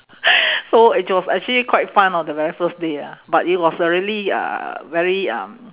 so it was actually quite fun on the very first day ah but it was a really uh very um